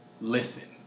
listen